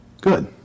Good